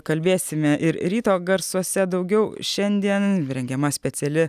kalbėsime ir ryto garsuose daugiau šiandien rengiama speciali